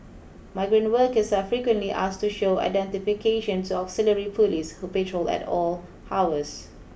migrant workers are frequently asked to show identification to auxiliary police who patrol at all hours